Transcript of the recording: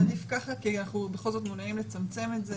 עדיף ככה כי אנחנו בכל זאת מעוניינים לצמצם את זה